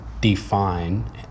define